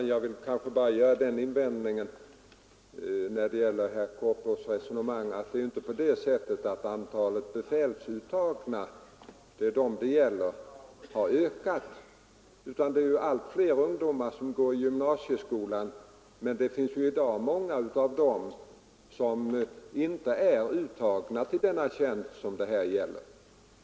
Herr talman! Jag vill bara göra en invändning mot herr Korpås” resonemang. Det är inte på det sättet att antalet befälsuttagna — det är ju dem det gäller — har ökat. Allt fler ungdomar går i dag i gymnasieskolan, men det är inte många av dem som är uttagna till den tjänst det här gäller.